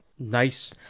Nice